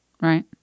Right